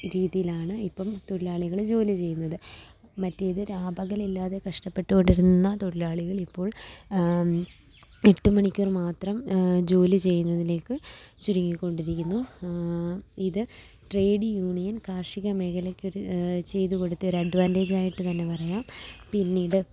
രീതിയിലാണ് ഇപ്പം തൊഴിലാളികൾ ജോലി ചെയ്യുന്നത് മറ്റേത് രാപ്പകലില്ലാതെ കഷ്ട്ടപ്പെട്ട് കൊണ്ടിരുന്ന തൊഴിലാളികൾ ഇപ്പോൾ എട്ട് മണിക്കൂർ മാത്രം ജോലി ചെയ്യുന്നതിലേക്ക് ചുരുങ്ങി കൊണ്ടിരിക്കുന്നു ഇത് ട്രേഡ് യൂണിയൻ കാർഷികമേഖലക്കൊരു ചെയ്ത് കൊടുത്തൊരഡ്വാൻറ്റേജ് ആയിട്ട് തന്നെ പറയാം പിന്നീട്